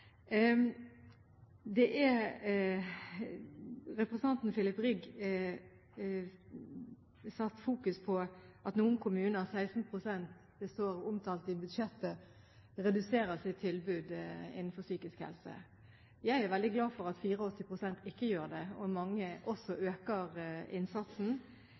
Representanten Filip Rygg satte fokus på at noen kommuner, 16 pst. – det står omtalt i budsjettet – reduserer sitt tilbud innenfor psykisk helse. Jeg er veldig glad for at 84 pst. ikke gjør det, og for at mange også øker innsatsen.